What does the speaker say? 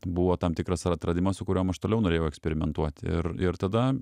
buvo tam tikras ar atradimas su kuriuom aš toliau norėjau eksperimentuoti ir ir tada